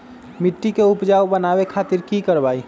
मिट्टी के उपजाऊ बनावे खातिर की करवाई?